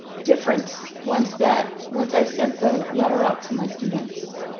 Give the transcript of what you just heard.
difference once that once i sent the letter out to my students.